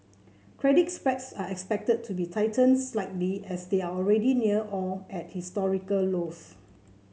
credit spreads are expected to be tightened slightly as they are already near or at historical lows